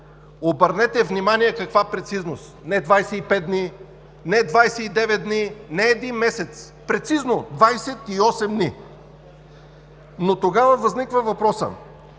Обърнете внимание, каква прецизност – не 25 дни, не 29 дни, не един месец, прецизно – 28 дни! Но тогава възниква въпросът: